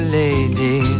lady